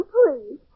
please